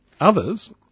others